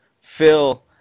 Phil